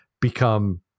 become